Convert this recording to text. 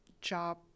job